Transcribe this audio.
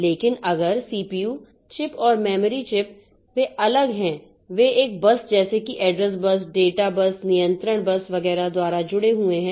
लेकिन अगर CPU chip और मेमोरी चिप वे अलग हैं वे एक बस जैसे की एड्रेस बस डेटा बस नियंत्रण बस वगैरह द्वारा जुड़े हुए हैं